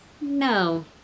No